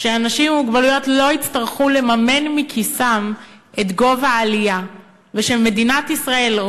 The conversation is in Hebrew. שאנשים עם מוגבלות לא יצטרכו לממן מכיסם את גובה העלייה ושמדינת ישראל,